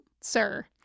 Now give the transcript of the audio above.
sir